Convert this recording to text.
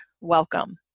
Welcome